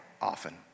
often